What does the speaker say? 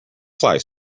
fly